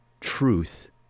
truth